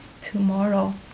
tomorrow